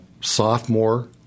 sophomore